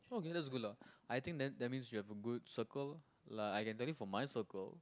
okay that's good lah I think then that means you have a good circle like I can tell you for my circle